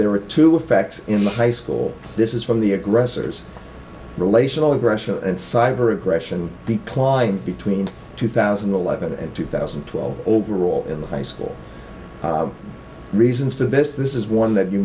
there are two effects in the high school this is from the aggressors relational aggression and cyber aggression declined between two thousand and eleven and two thousand and twelve overall in the high school reasons for this this is one that you